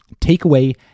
Takeaway